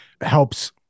helps